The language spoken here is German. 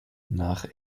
nach